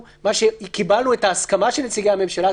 קיבלנו את ההסכמה של נציגי הממשלה,